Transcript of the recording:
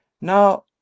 Now